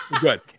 good